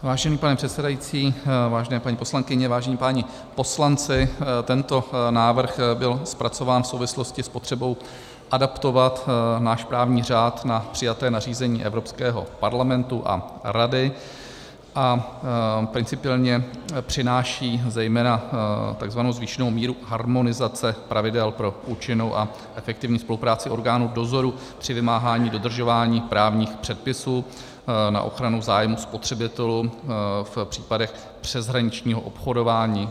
Vážený pane předsedající, vážené paní poslankyně, vážení páni poslanci, tento návrh byl zpracován v souvislosti s potřebou adaptovat náš právní řád na přijaté nařízení Evropského parlamentu a Rady a principiálně přináší zejména takzvanou zvýšenou míru harmonizace pravidel pro účinnou a efektivní spolupráci orgánů v dozoru při vymáhání dodržování právních předpisů na ochranu zájmů spotřebitelů v případech přeshraničního obchodování.